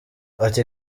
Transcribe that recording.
ati